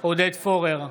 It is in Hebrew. עודד פורר,